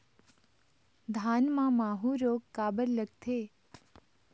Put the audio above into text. धान म माहू रोग काबर लगथे?